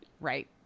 Right